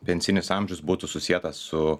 pensinis amžius būtų susietas su